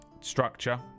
structure